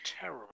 terrible